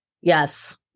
yes